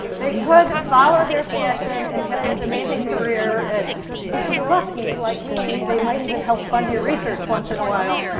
they could follow their passion and have this amazing career, and if you're lucky, like me, they might even help fund your research once in a while.